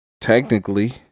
Technically